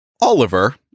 Oliver